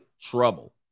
trouble